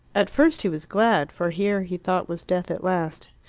at first he was glad, for here, he thought, was death at last.